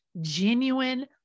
genuine